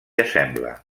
assembla